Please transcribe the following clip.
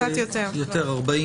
החוק עבר ב-2001.